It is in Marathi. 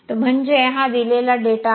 तर म्हणजे हा दिलेला डेटा आहे